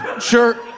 Sure